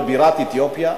בירת אתיופיה,